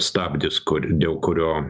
stabdis kur dėl kurio